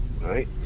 right